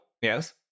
yes